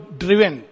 driven